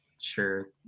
sure